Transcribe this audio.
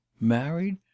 married